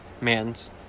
man's